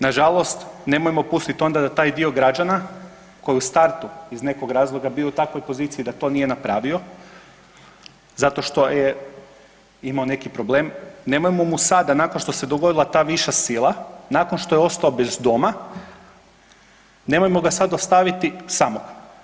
Na žalost, nemojmo pustiti onda da taj dio građana koji je u startu iz nekog razloga bio u takvoj poziciji da nije napravio zato što je imao neki problem nemojmo mu sada nakon što se dogodila ta viša sila, nakon što je ostao bez doma, nemojmo ga sad ostaviti samog.